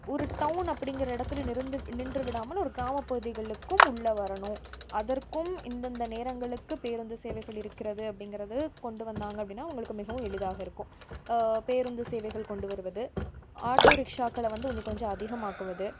ஒரு டவுன் அப்படிங்கிற இடத்துல நின்று விடாமல் ஒரு கிராம பகுதிகளுக்கும் உள்ளே வரணும் அதற்கும் இந்தந்த நேரங்களுக்கு பேருந்து சேவைகள் இருக்கிறது அப்படிங்கிறது கொண்டு வந்தாங்க அப்படின்னா அவங்களுக்கு மிகவும் எளிதாக இருக்கும் பேருந்து சேவைகள் கொண்டு வருவது ஆட்டோ ரிக்ஷாக்களை வந்து இன்னும் கொஞ்சம் அதிகமாக்குவது